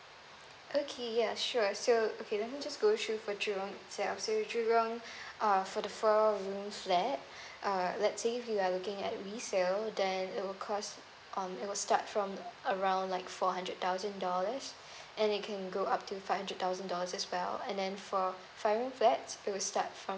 okay ya sure so okay let me just go through for jurong itself so jurong uh for the four room flat uh let's say if you are looking at resale then it will cost um it will start from around like four hundred thousand dollars and it can go up to five hundred thousand dollars as well and then for five room flat it will start from